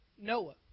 Noah